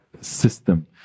system